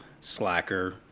Slacker